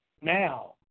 Now